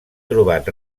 trobat